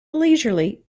leisurely